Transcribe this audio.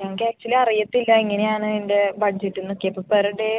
ഞങ്ങൾക്ക് ആക്ച്വലി അറിയത്തില്ല എങ്ങനെയാണ് അതിൻ്റെ ബഡ്ജറ്റുന്ന് ഒക്കെ ഇപ്പോൾ പെർ ഡേ